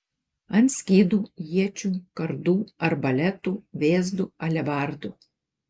ant skydų iečių kardų arbaletų vėzdų alebardų